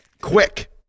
quick